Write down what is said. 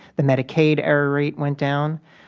the medicaid error rate went down,